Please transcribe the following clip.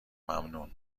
ممنون